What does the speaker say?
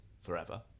forever